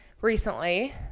recently